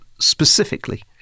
specifically